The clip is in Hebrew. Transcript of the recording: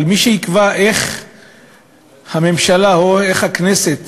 אבל מי שיקבע איך הממשלה או איך הכנסת